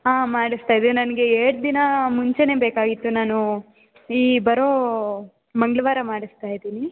ಹಾಂ ಮಾಡಿಸ್ತಾ ಇದೆ ನನಗೆ ಎರಡು ದಿನ ಮುಂಚೆಯೇ ಬೇಕಾಗಿತ್ತು ನಾನು ಈ ಬರೋ ಮಂಗಳವಾರ ಮಾಡಿಸ್ತಾ ಇದ್ದೀನಿ